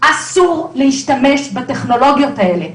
אסור להשתמש בטכנולוגיות האלה.